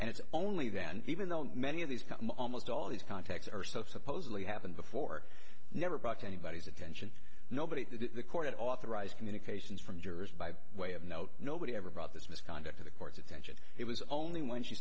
and it's only then even though many of these come almost all these contacts are so supposedly happened before never bucked anybody's attention nobody that the court authorized communications from jurors by way of note nobody ever brought this misconduct to the court's attention it was only when she